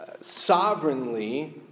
sovereignly